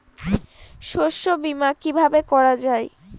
শস্য বীমা কিভাবে করা যায়?